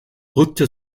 rückte